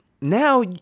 now